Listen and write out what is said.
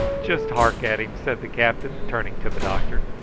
just hark at him, said the captain, turning to the doctor.